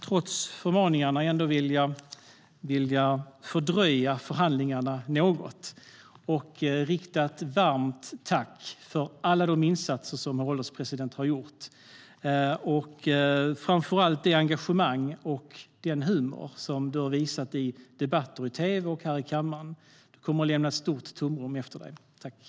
Trots förmaningarna skulle jag vilja fördröja förhandlingarna något och rikta ett varmt tack till dig, Göran Hägglund, för alla de insatser som du har gjort och framför allt för det engagemang och den humor som du har visat i debatter i tv och här i kammaren. Du kommer att lämna ett stort tomrum efter dig. Tack!